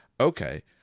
okay